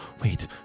wait